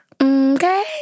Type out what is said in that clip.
Okay